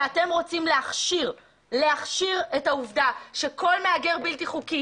שאתם רוצים להכשיר את העובדה שכל מהגר בלתי חוקי,